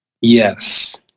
Yes